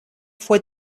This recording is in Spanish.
fue